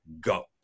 go